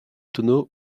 tonneaux